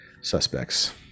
suspects